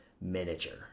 miniature